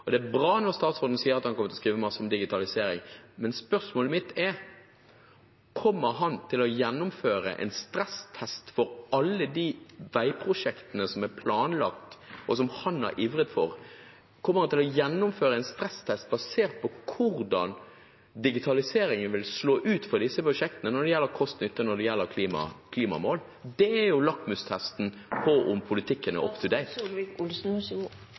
transportplanen? Det er bra når statsråden sier han kommer til å skrive masse om digitalisering, men spørsmålet mitt er: Kommer han til å gjennomføre en stresstest for alle veiprosjektene som er planlagt, og som han har ivret for? Kommer han til å gjennomføre en stresstest basert på hvordan digitaliseringen vil slå ut for disse prosjektene når det gjelder kost–nytte, når det gjelder klimamål? Det er jo lakmustesten av om politikken er